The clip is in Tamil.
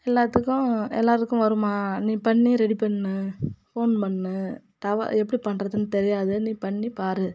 எல்லாத்துக்கும் எல்லோருக்கும் வருமா நீ பண்ணி ரெடி பண்ணு ஃபோன் பண்ணு எப்படி பண்ணுறதுன்னு தெரியாது நீ பண்ணி பார்